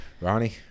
Ronnie